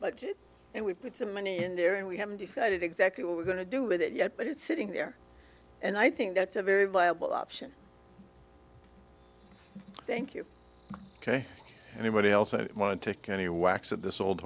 less and we've put some money in there and we haven't decided exactly what we're going to do with it yet but it's sitting there and i think that's a very viable option thank you ok anybody else i want to any wax of this old